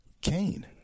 Cain